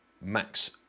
Max